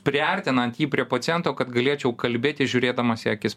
priartinant jį prie paciento kad galėčiau kalbėti žiūrėdamas į akis